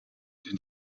denn